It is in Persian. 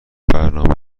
برنامه